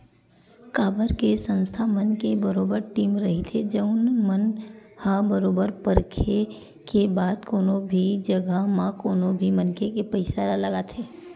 काबर के संस्था मन के बरोबर टीम रहिथे जउन मन ह बरोबर परखे के बाद कोनो भी जघा म कोनो भी मनखे के पइसा ल लगाथे